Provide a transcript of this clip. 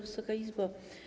Wysoka Izbo!